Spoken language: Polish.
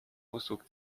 usług